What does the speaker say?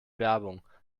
werbung